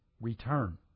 return